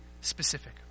specific